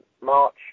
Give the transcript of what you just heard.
March